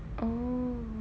oh